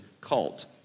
cult